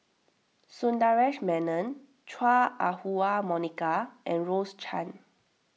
Sundaresh Menon Chua Ah Huwa Monica and Rose Chan